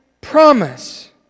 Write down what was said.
promise